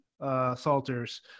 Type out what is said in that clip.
Salters